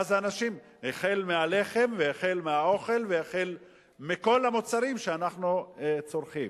מהלחם, מהאוכל, ומכל המוצרים שאנחנו צורכים.